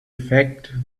fact